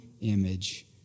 image